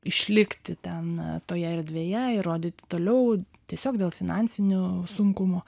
išlikti ten toje erdvėje įrodyti toliau tiesiog dėl finansinių sunkumų